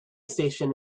station